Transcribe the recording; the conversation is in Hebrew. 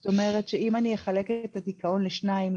זאת אומרת שאם אני אחלק את הדיכאון לשניים,